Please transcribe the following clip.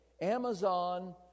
Amazon